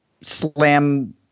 slam